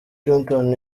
clinton